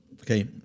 okay